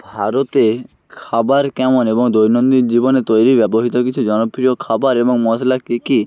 ভারতে খাবার কেমন এবং দৈনন্দিন জীবনে তৈরি ব্যবহৃত কিছু জনপ্রিয় খাবার এবং মশলা কী কী